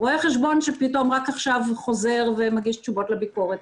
רואה חשבון שפתאום רק עכשיו חוזר ומגיש תשובות לביקורת.